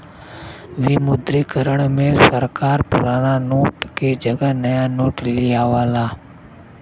विमुद्रीकरण में सरकार पुराना नोट के जगह नया नोट लियावला